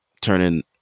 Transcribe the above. turning